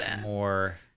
more